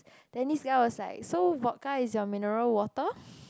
Dennis Liow was like so vodka is your mineral water